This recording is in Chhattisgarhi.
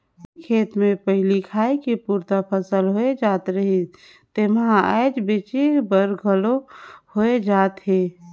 जेन खेत मे पहिली खाए के पुरता फसल होए जात रहिस तेम्हा आज बेंचे बर घलो होए जात हे